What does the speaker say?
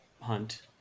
hunt